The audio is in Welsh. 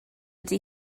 ydy